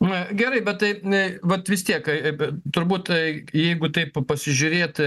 na gerai bet taip ne vat vis tiek kaip ir turbūt tai jeigu taip pasižiūrėt